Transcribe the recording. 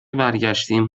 برگشتیم